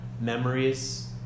memories